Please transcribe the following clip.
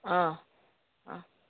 आं आं